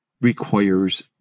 requires